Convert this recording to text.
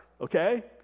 okay